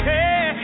Hey